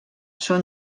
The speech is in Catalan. són